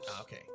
Okay